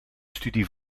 studie